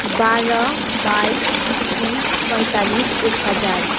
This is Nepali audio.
बाह्र बाइस तिस पैँतालिस एक हजार